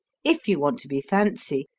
if you want to be fancy,